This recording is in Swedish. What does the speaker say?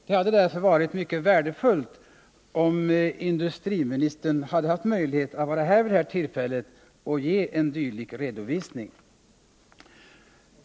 Det hade därför varit mycket värdefullt om industriministern hade haft möjlighet att vara här vid detta tillfälle och ge en dylik redovisning.